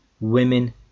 women